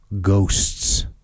ghosts